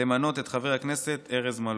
למנות את חבר הכנסת ארז מלול.